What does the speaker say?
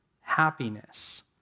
happiness